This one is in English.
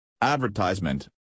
Advertisement